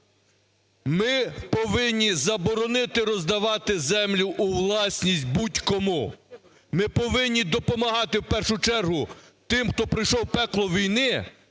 Ми повинні заборонити роздавати землі у власність будь-кому, ми повинні допомагати в першу чергу тим, хто пройшов пекло війни,